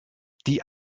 die